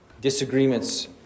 disagreements